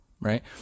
Right